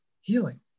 healing